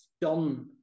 done